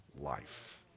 life